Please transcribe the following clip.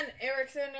Erickson